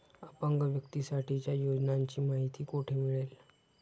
अपंग व्यक्तीसाठीच्या योजनांची माहिती कुठे मिळेल?